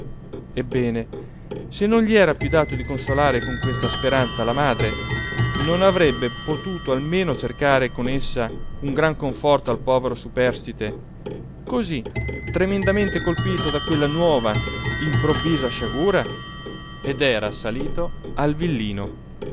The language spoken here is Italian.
ebbene se non gli era più dato di consolare con questa speranza la madre non avrebbe potuto almeno cercare con essa un gran conforto al povero superstite così tremendamente colpito da quella nuova improvvisa sciagura ed era salito al villino